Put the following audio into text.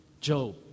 Job